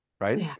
Right